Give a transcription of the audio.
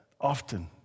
often